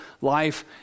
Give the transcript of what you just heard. life